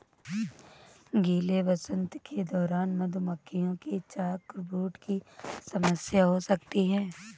गीले वसंत के दौरान मधुमक्खियों को चॉकब्रूड की समस्या हो सकती है